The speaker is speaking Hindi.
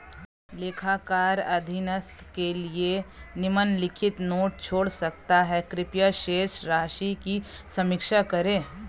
लेखाकार अधीनस्थ के लिए निम्नलिखित नोट छोड़ सकता है कृपया शेष राशि की समीक्षा करें